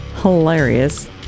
hilarious